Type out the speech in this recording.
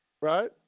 Right